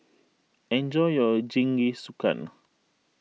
enjoy your Jingisukan